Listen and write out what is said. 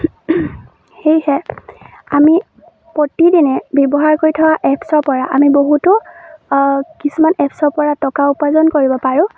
সেয়েহে আমি প্ৰতিদিনে ব্যৱহাৰ কৰি থোৱা এপছৰ পৰা আমি বহুতো কিছুমান এপছৰ পৰা টকা উপাৰ্জন কৰিব পাৰোঁ